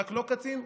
לא רק קצין?